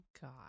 God